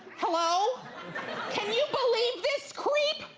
hello? can you believe this creep?